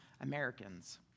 Americans